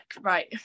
right